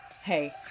Hey